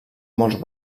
molts